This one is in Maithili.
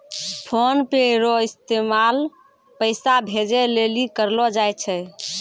फोनपे रो इस्तेमाल पैसा भेजे लेली करलो जाय छै